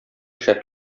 шәп